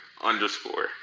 underscore